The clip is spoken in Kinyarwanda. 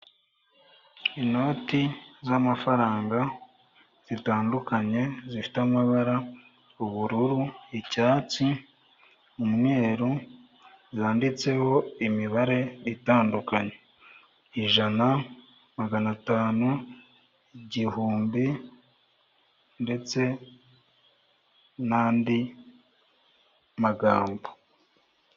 Inoti z'amafaranga zitandukanye zifite amabara; ubururu, icyatsi, umweru zanditseho imibare itandukanye; ijana, magana atanu, igihumbi ndetse n'andi magambo.